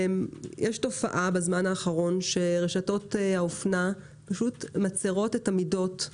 יש תופעה בזמן האחרון שרשתות האופנה פשוט מצרות את המידות.